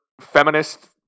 feminist